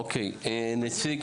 אוקיי, נציג